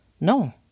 No